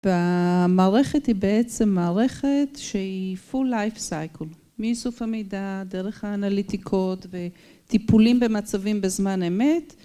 והמערכת היא בעצם מערכת שהיא full life cycle, מאיסוף המידע, דרך האנליטיקות וטיפולים במצבים בזמן אמת.